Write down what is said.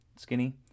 Skinny